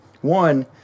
one